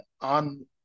on